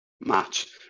match